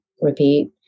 repeat